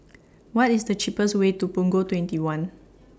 What IS The cheapest Way to Punggol twenty one